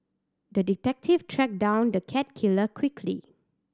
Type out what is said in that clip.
the detective tracked down the cat killer quickly